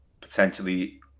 potentially